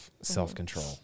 self-control